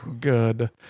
good